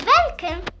Welcome